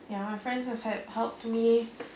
ya my friends have had helped me